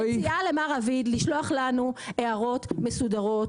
אז אני מציעה למר רביד לשלוח לנו הערות מסודרות,